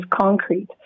concrete